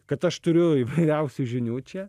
kad aš turiu įvairiausių žinių čia